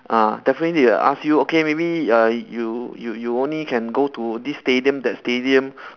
ah definitely need to ask you okay maybe uh you you you only can go to this stadium that stadium